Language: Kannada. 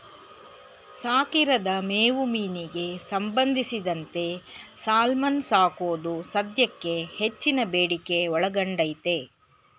ಸಾಕಿರದ ಮೇವು ಮೀನಿಗೆ ಸಂಬಂಧಿಸಿದಂತೆ ಸಾಲ್ಮನ್ ಸಾಕೋದು ಸದ್ಯಕ್ಕೆ ಹೆಚ್ಚಿನ ಬೇಡಿಕೆ ಒಳಗೊಂಡೈತೆ